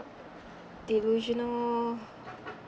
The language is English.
delusional